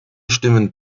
stimmen